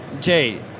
Jay